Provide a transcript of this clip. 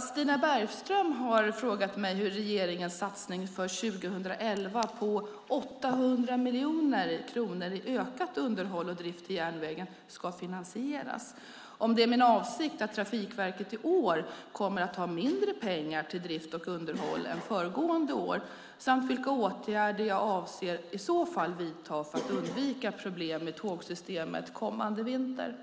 Stina Bergström har frågat mig hur regeringens satsning för 2011 på 800 miljoner kronor i ökat underhåll och drift till järnvägen ska finansieras, om det är min avsikt att Trafikverket i år kommer att ha mindre pengar till drift och underhåll än föregående år samt vilka åtgärder jag i så fall avser att vidta för att undvika problem i tågsystemet kommande vinter.